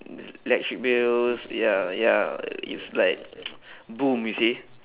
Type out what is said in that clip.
electric bills ya ya it's like boom you see